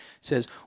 says